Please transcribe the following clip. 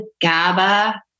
GABA